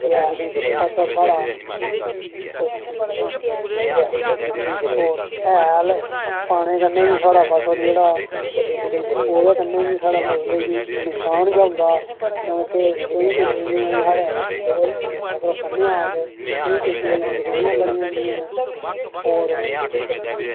इ'यै फसल साढ़ा कोई ठीक नेईं निकलेआ होर हैल पौने कन्नै बी साढ़ा फसल जेह्ड़ा ओह्दे कन्नै बी फसलै साढ़ी गी नुकसान होंदा क्योंकि केईं किस्म दियां साढ़े ओह् मतलब कन्नै आखदे केईं किस्म दियां बमारियां बनी जंदियां होर